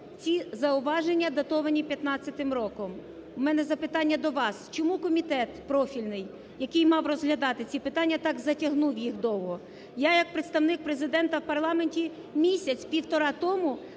ці зауваження датовані 2015 роком. В мене запитання до вас, чому комітет профільний, який мав розглядати ці питання, так затягнув їх довго. Я як Представник Президента в парламенті місяць-півтора тому